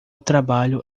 trabalho